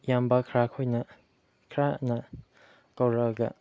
ꯏꯌꯥꯝꯕ ꯈꯔ ꯈꯣꯏꯅ ꯈꯔꯅ ꯀꯧꯔꯛꯑꯒ